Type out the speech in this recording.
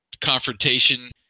confrontation